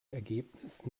ergebnis